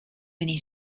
many